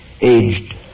aged